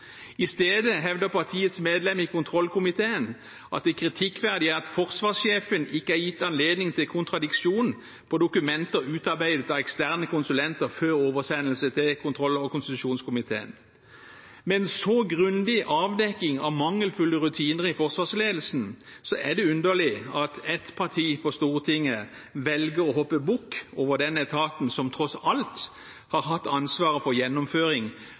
I stedet hevder partiets medlem i kontrollkomiteen at det kritikkverdige er at forsvarssjefen ikke er gitt anledning til kontradiksjon på dokumenter utarbeidet av eksterne konsulenter før oversendelse til kontroll- og konstitusjonskomiteen. Med en så grundig avdekking av mangelfulle rutiner i forsvarsledelsen er det underlig at et parti på Stortinget velger å hoppe bukk over den etaten som tross alt har hatt ansvaret for gjennomføring